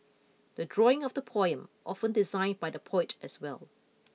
the drawing of the poem often designed by the poet as well